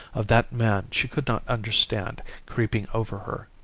of that man she could not understand creeping over her.